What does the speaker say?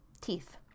teeth